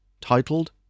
titled